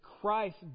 Christ